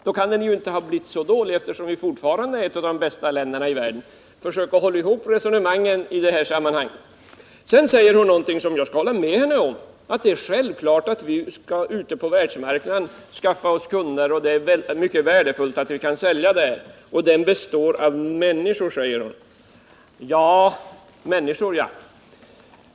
Då kan den ju inte ha blivit så dålig, eftersom vi fortfarande är ett av de bästa länderna i världen. Försök hålla ihop resonemangen i detta sammanhang! Sedan säger Margaretha af Ugglas någonting som jag skall hålla med henne om -— att det är självklart att vi skall ute på världsmarknaden skaffa oss kunder, och det är mycket värdefullt att vi kan sälja där. Och världsmarknaden består av människor, säger Margaretha af Ugglas. Människor ja!